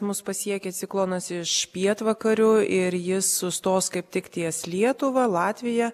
mus pasiekė ciklonas iš pietvakarių ir jis sustos kaip tik ties lietuva latvija